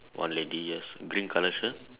one lady yes green color shirt